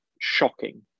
shocking